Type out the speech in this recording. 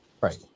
Right